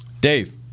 Dave